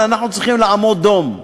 אנחנו צריכים לעמוד דום.